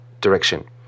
direction